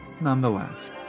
nonetheless